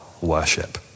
worship